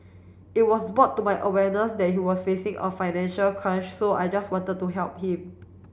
it was bought to my awareness that he was facing a financial crunch so I just wanted to help him